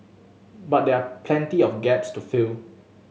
but there are plenty of gaps to fill